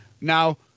now